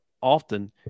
often